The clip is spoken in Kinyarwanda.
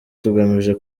tugamije